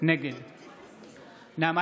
נגד נעמה